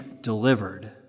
delivered